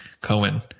Cohen